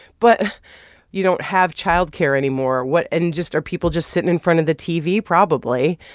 but you don't have child care anymore. what and just are people just sitting in front of the tv? probably.